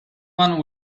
one